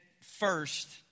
first